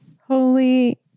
Holy